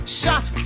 shot